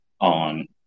on